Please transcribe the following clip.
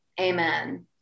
Amen